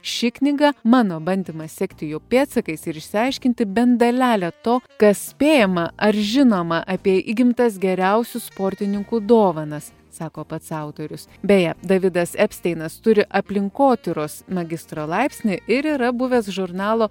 ši knyga mano bandymas sekti jų pėdsakais ir išsiaiškinti bent dalelę to kas spėjama ar žinoma apie įgimtas geriausių sportininkų dovanas sako pats autorius beje davidas epsteinas turi aplinkotyros magistro laipsnį ir yra buvęs žurnalo